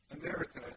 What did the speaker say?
America